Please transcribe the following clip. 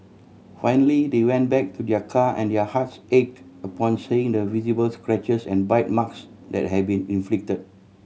finally they went back to their car and their hearts ached upon seeing the visible scratches and bite marks that had been inflict